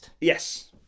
yes